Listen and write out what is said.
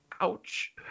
Ouch